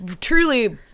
Truly